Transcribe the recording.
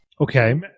Okay